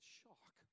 shock